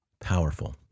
powerful